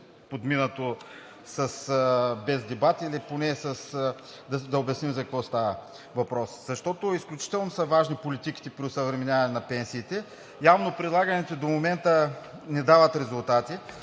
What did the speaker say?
подминато без дебат или поне да обясним за какво става въпрос. Изключително са важни политиките по осъвременяване на пенсиите. Явно прилаганите до момента не дават резултати.